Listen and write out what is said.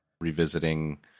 revisiting